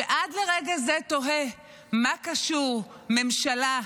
שעד לרגע זה תוהה מה קשור ממשלה למלחמה,